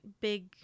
big